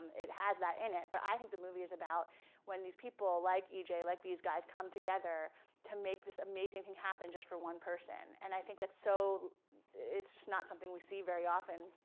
it has that in it, but i think the movie is about when these people like ej, like these guys come together to make this amazing thing happen just for one person. and i think that's so just not something we see very often,